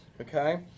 Okay